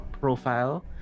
profile